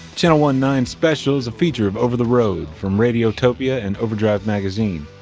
channel one-nine special is a feature of over the road, from radiotopia and overdrive magazine.